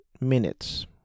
minutes